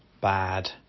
bad